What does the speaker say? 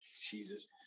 Jesus